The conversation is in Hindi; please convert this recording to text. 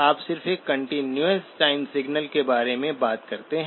आप सिर्फ एक कंटीन्यूअस टाइम सिग्नल के बारे में बात करते हैं